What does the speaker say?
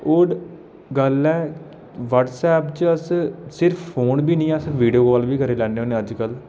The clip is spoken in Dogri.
होर गल्ल ऐ व्हाट्सऐप च अस सिर्फ फोन बी नेईं अस वीडियो काल बी करी लैन्ने होन्ने अजकल